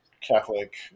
Catholic